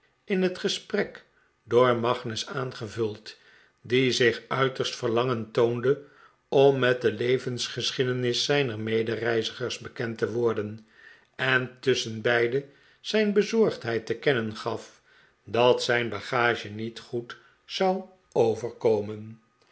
in het gesprek door magnus aangevuld die zich uiterst verlangend toonde om met de levensgeschiedenis zijner medereizigers bekend te worden en tusschenbeide zijn bezorgdheid te kennen gaf dat zijn bagage niet goed zou overkomen